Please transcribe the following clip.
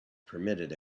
permitted